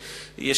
יש,